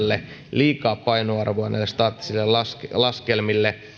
liikaa painoarvoa näille staattisille laskelmille